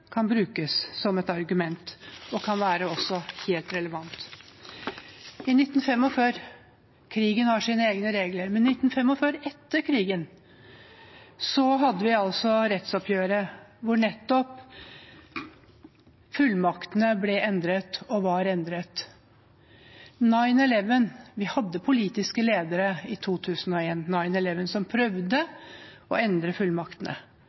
kan brukes som et argument og kan også være helt relevant. Krigen har sine egne regler, men i 1945, etter krigen, hadde vi rettsoppgjøret, hvor nettopp fullmaktene ble endret og var endret. Vi hadde politiske ledere i 2001 – 9/11 – som prøvde å endre fullmaktene,